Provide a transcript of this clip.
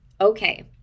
Okay